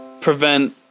prevent